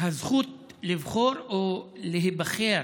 הזכות לבחור או להיבחר